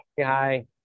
Hi